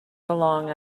belong